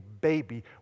baby